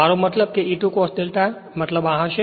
મારો મતલબ કે તે E2 cos હશે મતલબ કે આ છે